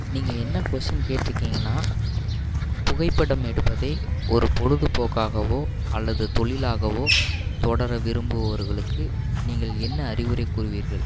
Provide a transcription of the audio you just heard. நீங்கள் என்ன கொஷ்டின் கேட்டிருக்கீங்கன்னா புகைப்படம் எடுப்பதை ஒரு பொழுதுபோக்காகவோ அல்லது தொழிலாகவோ தொடர விரும்புவர்களுக்கு நீங்கள் என்ன அறிவுரை கூறுவீர்கள்